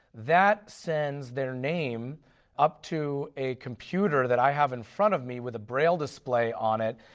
that sends their name up to a computer that i have in front of me, with a braille display on it,